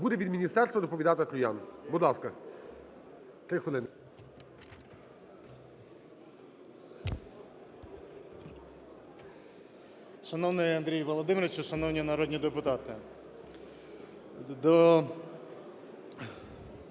Шановний Андрію Володимировичу, шановні народні депутати! До…